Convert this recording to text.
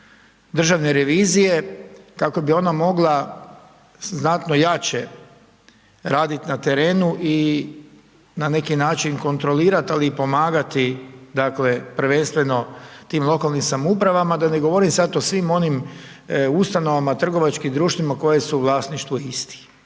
državne revizije kako bi ona mogla znatno jače raditi na terenu i na neki način kontrolirati ali i pomagati dakle prvenstveno tim lokalnim samoupravama da ne govorim sad o svim onim ustanovama, trgovačkim društvima koje su u vlasništvu istih.